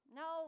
no